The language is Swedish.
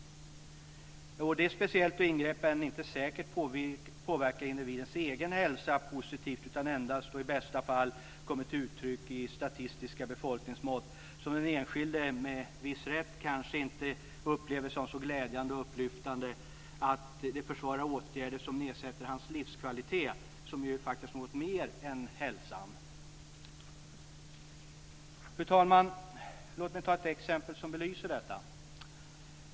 Detta speciellt då ingreppen inte säkert påverkar individens hälsa positivt utan endast, och i bästa fall, kommer till uttryck i statistiska befolkningsmått som den enskilde, med viss rätt, kanske inte upplever som så glädjande och upplyftande att det försvarar åtgärder som nedsätter hans livskvalitet, som ju faktiskt är något mer än hälsa. Fru talman! Låt mig ge ett exempel som belyser detta.